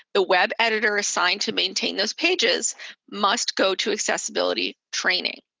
the web editor assigned to maintain those pages must go to accessibility training.